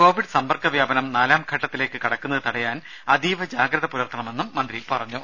Covid സമ്പർക്കവ്യാപനം നാലാംഘട്ടത്തിലേക്ക് കടക്കുന്നത് തടയാൻ അതീവജാഗ്രത പുലർത്തണമെന്ന് മന്ത്രി പറഞ്ഞു